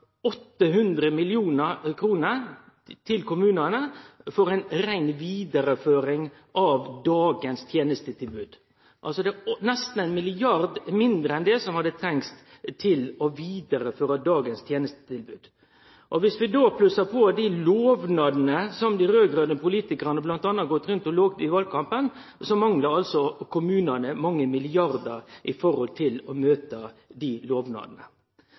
800 mill. kr til kommunane for ei rein vidareføring av dagens tenestetilbod. Det er altså nesten 1 mrd. kr mindre enn det ein treng for å vidareføre dagens tenestetilbod. Viss vi då plussar på dei lovnadene som dei raud-grøne politikarane bl.a. har gått omkring og gitt i valkampen, manglar kommunane mange milliardar for å kunne møte dei lovnadene.